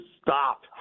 stop